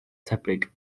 tebyg